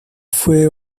fue